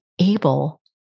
able